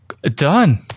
done